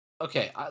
Okay